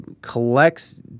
collects